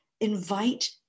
invite